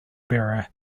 bearer